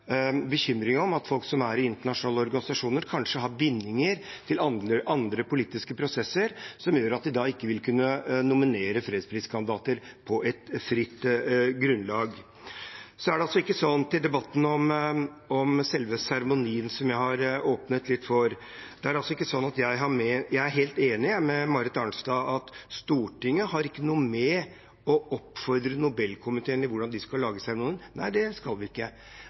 om at folk som er i internasjonale organisasjoner, kanskje har bindinger til andre politiske prosesser som gjør at de ikke vil kunne nominere fredspriskandidater på et fritt grunnlag. Til debatten om selve seremonien, som jeg har åpnet litt for: Jeg er helt enig med Marit Arnstad i at Stortinget ikke har noe med å oppfordre Nobelkomiteen når det gjelder hvordan de skal lage seremonien. Nei, det skal vi ikke.